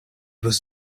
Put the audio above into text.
was